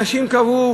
אנשים קבעו